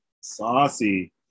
saucy